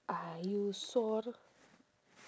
are you sure